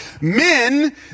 Men